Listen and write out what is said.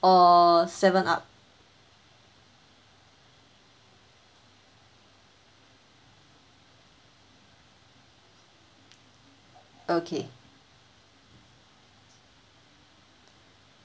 or seven up okay